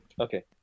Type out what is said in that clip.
Okay